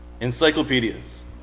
Encyclopedias